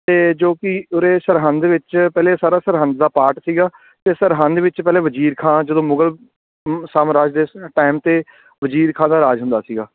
ਅਤੇ ਜੋ ਕਿ ਉਰੇ ਸਰਹਿੰਦ ਵਿੱਚ ਪਹਿਲੇ ਸਾਰਾ ਸਰਹਿੰਦ ਦਾ ਪਾਰਟ ਸੀਗਾ ਅਤੇ ਸਰਹਿੰਦ ਵਿੱਚ ਪਹਿਲੇ ਵਜ਼ੀਰ ਖਾਂ ਜਦੋਂ ਮੁਗਲ ਸਾਮਰਾਜ ਦੇ ਟਾਇਮ 'ਤੇ ਵਜ਼ੀਰ ਖਾਂ ਦਾ ਰਾਜ ਹੁੰਦਾ ਸੀਗਾ